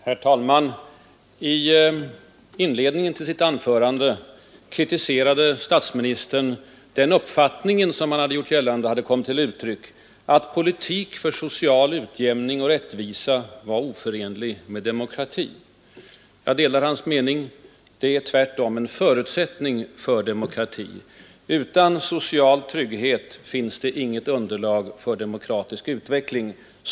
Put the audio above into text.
Herr talman! I inledningen till sitt anförande kritiserade statsministern en uppfattning som han påstod hade kommit till uttryck, att ”politik för social utjämning och rättvisa” skulle vara oförenlig med demokrati. Jag ansluter mig till hans kritik: En sådan politik är tvärtom en förutsättning för demokrati. Utan social trygghet finns det inget underlag för demokratisk utveckling.